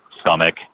stomach